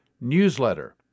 newsletter